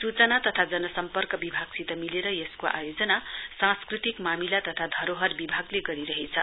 सूचना तथा जनसम्पर्क विभागसित मिलेर यसको आयोजना सांस्कृतिक मामिला तथा धरोहर विभागले गरिरहेछ